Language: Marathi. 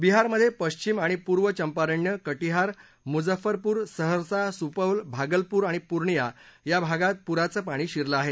बिहारमध्ये पश्विम आणि पूर्व चंपारण्य कटिहार मुझफ्फरपूर सहर्सा सुपौल भागलपूर आणि पूर्णिया या भागात पुराचं पाणी शिरलं आहे